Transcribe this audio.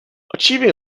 achieving